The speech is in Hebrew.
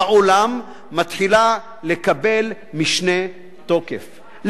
מתחיל לקבל משנה תוקף,